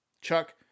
Chuck